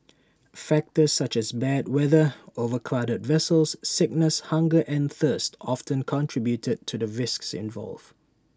factors such as bad weather overcrowded vessels sickness hunger and thirst often contribute to the risks involved